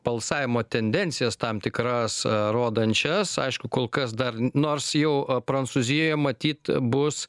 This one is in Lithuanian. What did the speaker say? balsavimo tendencijas tam tikras rodančias aišku kol kas dar nors jau o prancūzijoje matyt bus